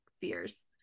fears